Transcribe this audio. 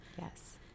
yes